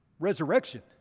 resurrection